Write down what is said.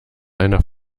einer